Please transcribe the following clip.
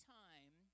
time